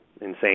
insane